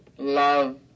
Love